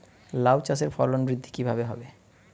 লাউ চাষের ফলন বৃদ্ধি কিভাবে হবে?